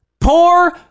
Poor